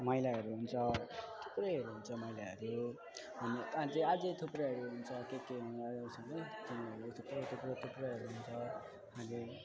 मैलाहरू हुन्छ थुप्रैहरू हुन्छ मैलाहरू अनि अझ थुप्रैहरू हुन्छ के के होइन थुप्रो थुप्रो थुप्रोहरू हुन्छ